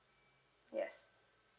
yes